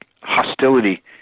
hostility